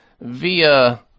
via